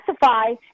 classify